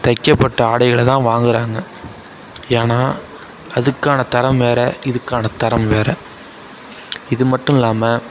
தைக்கப்பட்ட ஆடைகளை தான் வாங்குகிறாங்க ஏன்னால் அதுக்கான தரம் வேறு இதுக்கான தரம் வேறு இது மட்டும் இல்லாமல்